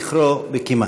שלימים התמזגה לתוך הליכוד,